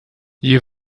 you